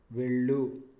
వెళ్ళు